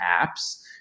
apps